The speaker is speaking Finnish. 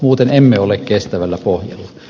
muuten emme ole kestävällä pohjalla